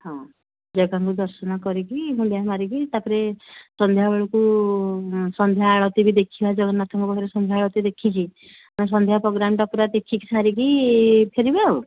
ହଁ ଜଗାଙ୍କୁ ଦର୍ଶନ କରିକି ମୁଣ୍ଡିଆ ମାରିକି ତାପରେ ସନ୍ଧ୍ୟାବେଳକୁ ସନ୍ଧ୍ୟା ଆଳତୀ ବି ଦେଖିବା ଜଗନ୍ନାଥଙ୍କ ପାଖରେ ସନ୍ଧ୍ୟା ଆଳତୀ ଦେଖିକି ସନ୍ଧ୍ୟା ପ୍ରୋଗାମ୍ଟା ପୁରା ଦେଖିକି ସାରିକି ଫେରିବା ଆଉ